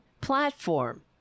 platform